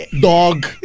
dog